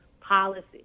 policy